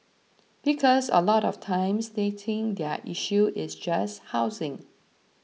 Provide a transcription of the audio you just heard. because a lot of times they think their issue is just housing